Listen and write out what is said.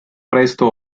presto